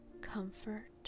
Comfort